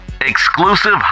Exclusive